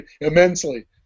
immensely